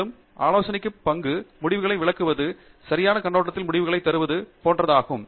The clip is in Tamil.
மேலும் ஆலோசனையின் பங்கு முடிவுகளை விளக்குவது சரியான கண்ணோட்டத்தில் முடிவுகளைத் தருவது போன்றவை ஆகும்